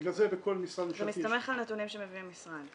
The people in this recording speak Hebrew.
בגלל זה בכל משרד ממשלתי --- אתה מסתמך על הנתונים שמביא המשרד.